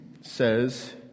says